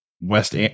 west